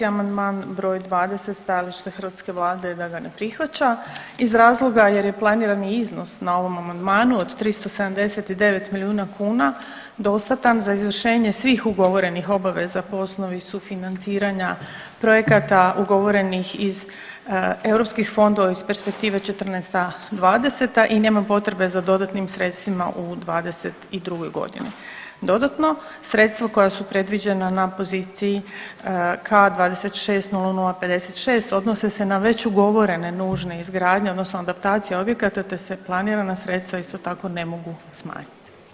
Amandman br. 20 stajalište hrvatske Vlade je da ga ne prihvaća iz razloga jer je planirani iznos na ovom amandmanu od 379 milijuna kuna dostatan za izvršenje svih ugovorenih obaveza po osnovi sufinanciranja projekata ugovorenih iz EU fondova, iz Perspektive '14.-'20. i nema potrebe za dodatnim sredstvima u '22. g. Dodatno, sredstva koja su predviđena na poziciji K-260056 odnose se na već ugovorene nužne izgradnje, odnosno adaptacije objekata te se planirana sredstva isto tako, ne mogu smanjiti.